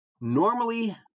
normally